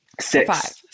Six